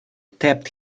tapped